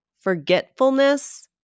forgetfulness